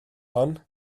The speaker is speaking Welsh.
hon